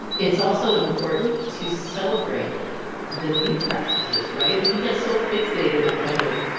it's also important to celebrate the new practices, right? we can get so fixated on kind of,